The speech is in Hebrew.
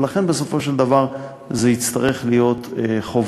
ולכן, בסופו של דבר זה יצטרך להיות חובה.